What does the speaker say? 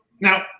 now